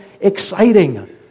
exciting